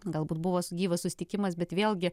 galbūt buvo gyvas susitikimas bet vėlgi